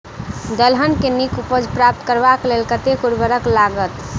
दलहन केँ नीक उपज प्राप्त करबाक लेल कतेक उर्वरक लागत?